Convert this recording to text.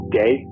day